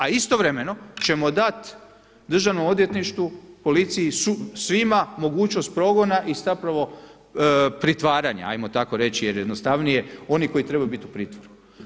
A istovremeno ćemo dati Državnom odvjetništvu, policiji, svima mogućnost progona i zapravo pritvaranja ajmo tako reći jer je jednostavnije oni koji trebaju biti u pritvoru.